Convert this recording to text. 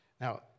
Now